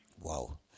Wow